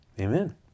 Amen